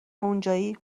اونجایی